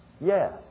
Yes